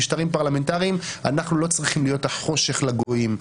אנחנו לא צריכים להיות החושך לגויים.